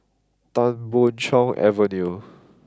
Tan Boon Chong Avenue